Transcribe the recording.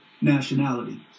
nationality